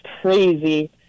crazy